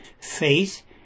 faith